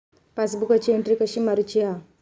पासबुकाची एन्ट्री कशी मारुची हा?